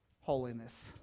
holiness